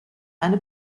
eine